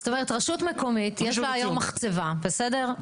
זאת אומרת, רשות מקומית יש לה היום מחצבה, בסדר?